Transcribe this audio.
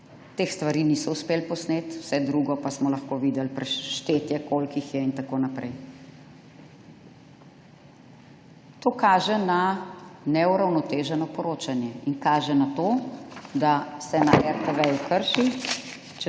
Teh stvari niso uspeli posneti, vse drugo pa smo lahko videli, štetje, koliko jih je in tako naprej. To kaže na neuravnoteženo poročanje in kaže na to, da se na RTV krši